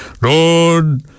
Lord